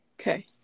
okay